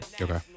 Okay